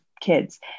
kids